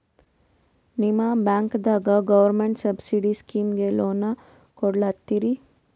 ನಿಮ ಬ್ಯಾಂಕದಾಗ government subsidy ಸ್ಕೀಮಿಗಿ ಲೊನ ಕೊಡ್ಲತ್ತೀರಿ?